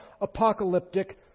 apocalyptic